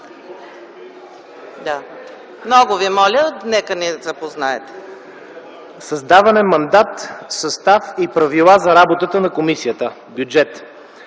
Много Ви моля, нека ни запознаят